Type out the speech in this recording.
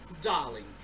Darling